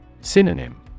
Synonym